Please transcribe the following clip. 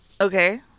Okay